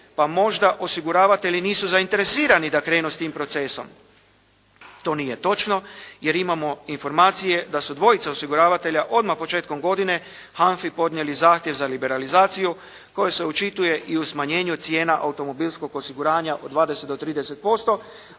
pa možda osiguravatelji nisu zainteresirani da krenu s tim procesom. To nije točno, jer imamo informacije da su dvojca osiguravatelja odmah početkom godine …/Govornik se ne razumije./… podnijeli zahtjev za liberalizaciju kojoj se očituje i u smanjenju cijena automobilskog osiguranja od 20 do 30$,